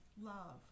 love